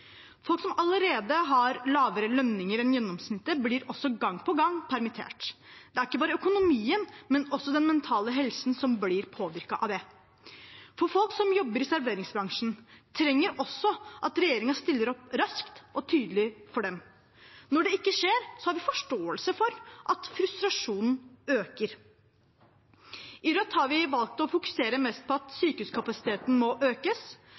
Folk som allerede har lavere lønninger enn gjennomsnittet, blir gang på gang permittert. Det er ikke bare økonomien, men også den mentale helsen som blir påvirket av det. Folk som jobber i serveringsbransjen, trenger også at regjeringen stiller opp raskt og tydelig for dem. Når det ikke skjer, har vi forståelse for at frustrasjonen øker. I Rødt har vi valgt å fokusere mest på at sykehuskapasiteten må økes,